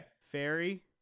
fairy